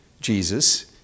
Jesus